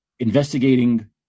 investigating